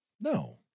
No